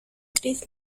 gris